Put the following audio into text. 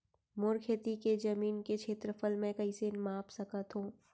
मोर खेती के जमीन के क्षेत्रफल मैं कइसे माप सकत हो?